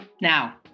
now